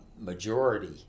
majority